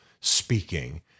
speaking